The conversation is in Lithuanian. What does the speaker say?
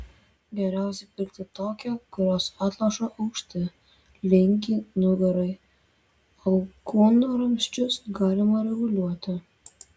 geriausiai pirkti tokią kurios atlošo aukštį linkį nugarai alkūnramsčius galima reguliuoti